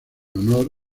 honor